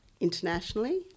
internationally